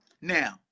Now